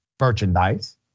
merchandise